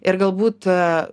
ir galbūt